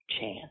chance